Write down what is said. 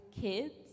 kids